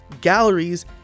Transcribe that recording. galleries